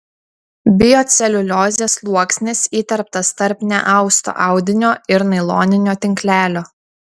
bioceliuliozės sluoksnis įterptas tarp neausto audinio ir nailoninio tinklelio